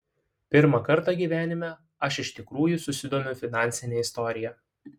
pirmą kartą gyvenime aš iš tikrųjų susidomiu finansine istorija